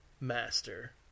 Master